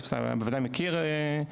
אתה בוודאי מכיר,